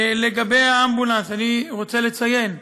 לגבי האמבולנס, אני רוצה לציין: